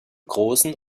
großen